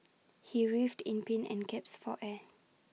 he writhed in pain and gasped for air